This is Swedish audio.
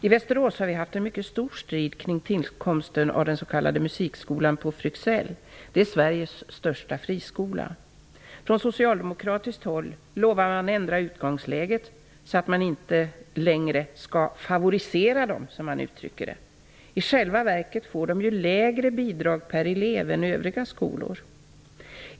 I Västerås har vi haft en mycket stor strid kring tillkomsten av den s.k. musikskolan på Fryxell. Det är Sveriges största friskola. Från socialdemokratiskt håll lovar man att ändra utgångsläget så att man inte längre skall favorisera dessa skolor, som man uttrycker det. I själva verket får de ju lägre bidrag per elev än övriga skolor.